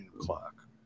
clock